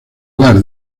lugar